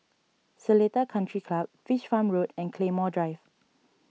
Seletar Country Club Fish Farm Road and Claymore Drive